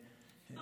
מה שאני אוהבת,